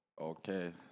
Okay